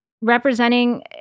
representing